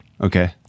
Okay